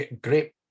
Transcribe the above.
great